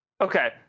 Okay